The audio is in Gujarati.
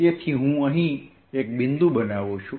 તેથી હું અહીં એક બિંદુ બનાવું છું